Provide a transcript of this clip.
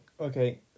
okay